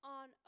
on